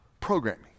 programming